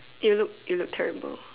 you look you look terrible